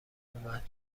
اومد